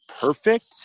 perfect